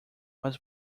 was